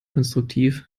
konstruktiv